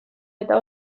eta